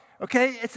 Okay